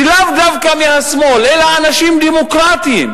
לאו דווקא מהשמאל אלא אנשים דמוקרטים,